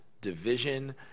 division